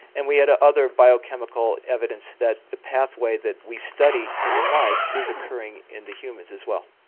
and we had ah other biochemical evidence that the pathway that we study in the mice is occurring in the humans as well.